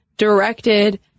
directed